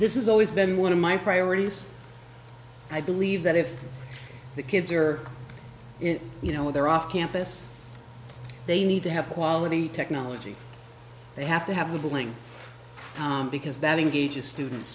this is always been one of my priorities i believe that if the kids are in you know they're off campus they need to have quality technology they have to have the billing because that engages students